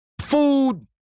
food